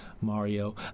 Mario